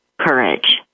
courage